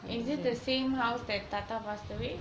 is it the same house that thatha passed away